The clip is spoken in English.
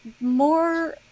more